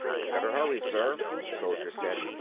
better hurry, sir, the soldiers said.